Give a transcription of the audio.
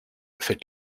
faites